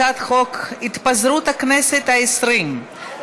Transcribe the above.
הצעת חוק התפזרות הכנסת העשרים,